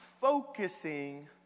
focusing